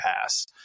Pass